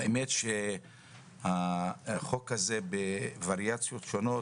האמת היא שהחוק הזה בוואריציות שונות